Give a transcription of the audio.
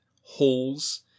holes